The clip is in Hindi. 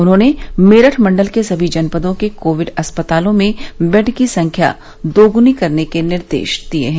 उन्होंने मेरठ मंडल के सभी जनपदों के कोविड अस्पतालों में बेड की संख्या दोगुनी करने के निर्देश दिए हैं